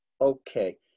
okay